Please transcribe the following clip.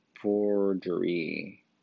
forgery